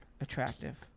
attractive